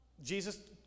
Jesus